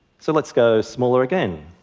so let's go smaller again.